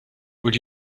would